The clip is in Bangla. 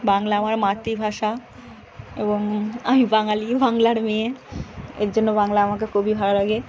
বাংলা আমার মাতৃভাষা এবং আমি বাঙালি বাংলার মেয়ে এর জন্য বাংলা আমাকে খুবই ভালো লাগে